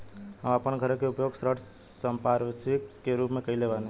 हम आपन घर के उपयोग ऋण संपार्श्विक के रूप में कइले बानी